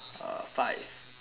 uh five